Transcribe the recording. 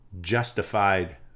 justified